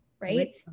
right